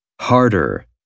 Harder